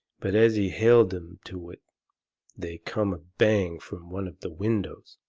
but as he held em to it they come a bang from one of the windows.